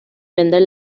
vender